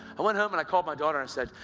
i went home, and i called my daughter and said,